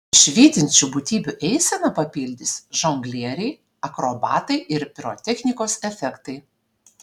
švytinčių būtybių eiseną papildys žonglieriai akrobatai ir pirotechnikos efektai